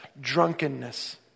drunkenness